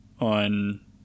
on